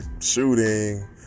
shooting